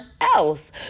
else